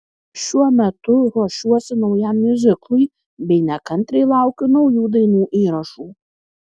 šiuo metu ruošiuosi naujam miuziklui bei nekantriai laukiu naujų dainų įrašų